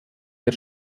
der